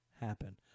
happen